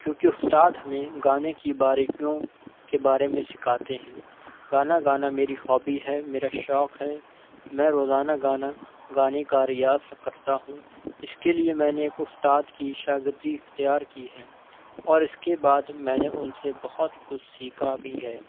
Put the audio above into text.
کیونکہ استاد ہمیں گانے کی باریکیوں کے بارے میں سکھاتے ہیں گانا گانا میری ہوبی ہے میرا شوق ہے میں روزانہ گانا گانے کا ریاض کرتا ہوں اس کے لیے میں نے ایک استاد کی شاگردی اخیتار کی ہے اور اس کے بعد میں نے ان سے بہت کچھ سیکھا بھی ہے